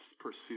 pursue